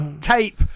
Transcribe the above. tape